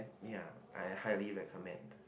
ya I highly recommend